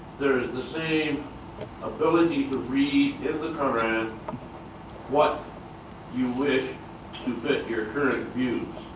there is the same ability to read in the koran what you wish to fit your current views.